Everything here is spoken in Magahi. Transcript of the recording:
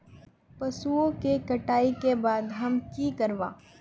पशुओं के कटाई के बाद हम की करवा?